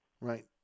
Right